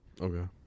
Okay